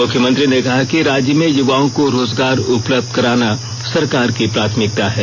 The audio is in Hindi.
मुख्यमंत्री ने कहा कि राज्य में युवाओं को रोजगार उपलब्ध कराना सरकार की प्राथमिकता है